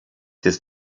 des